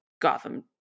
Gotham